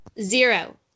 Zero